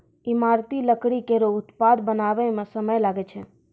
ईमारती लकड़ी केरो उत्पाद बनावै म समय लागै छै